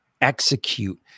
execute